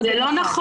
זה לא נכון,